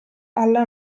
alla